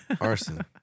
Arson